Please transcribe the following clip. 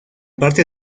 parte